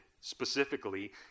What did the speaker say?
specifically